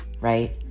right